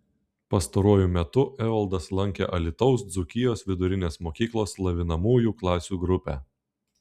pastaruoju metu evaldas lankė alytaus dzūkijos vidurinės mokyklos lavinamųjų klasių grupę